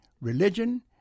religion